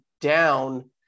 down